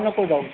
नको जाऊ